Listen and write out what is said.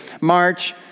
March